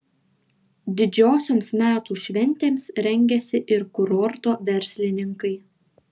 didžiosioms metų šventėms rengiasi ir kurorto verslininkai